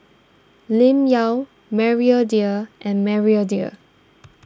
Lim Yau Maria Dyer and Maria Dyer